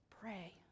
pray